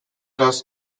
class